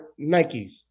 Nikes